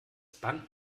band